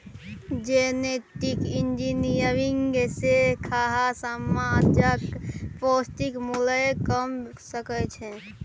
genetic engineering सँ खाद्य समानक पौष्टिक मुल्य कम भ सकै छै